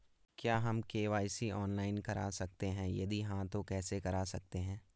क्या हम KYC online करा सकते हैं यदि हाँ तो कैसे करा सकते हैं?